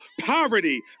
poverty